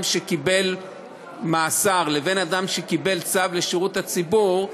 שקיבל מאסר לבין אדם שקיבל צו לשירות הציבור,